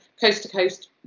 coast-to-coast